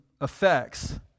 effects